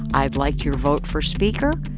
i'd like your vote for speaker,